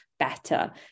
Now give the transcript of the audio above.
better